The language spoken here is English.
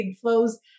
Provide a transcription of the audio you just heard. flows